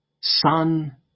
son